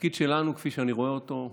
והתפקיד שלנו, כפי שאני רואה אותו,